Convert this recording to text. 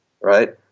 right